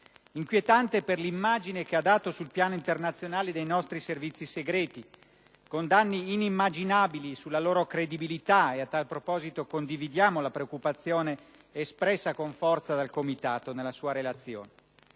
inquietante per l'immagine che ha dato sul piano internazione dei nostri Servizi segreti con danni inimmaginabili sulla loro credibilità. A tal proposito condividiamo la preoccupazione espressa con forza dal Comitato nella sua relazione.